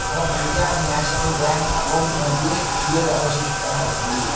मम Punjab national bank account मध्ये कियदवशिष्टम् अस्ति